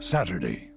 Saturday